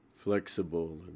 Flexible